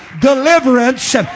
deliverance